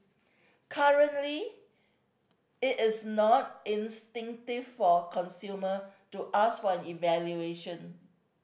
currently it is not instinctive for consumer to ask for an evaluation